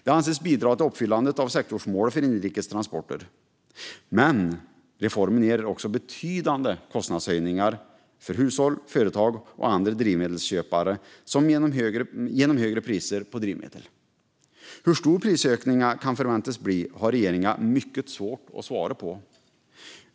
Det anses bidra till uppfyllandet av sektorsmålet för inrikes transporter. Men reformen ger också betydande kostnadshöjningar för hushåll, företag och andra drivmedelsköpare genom högre priser på drivmedel. Hur stor prisökningen kan förväntas bli har regeringen mycket att svara på.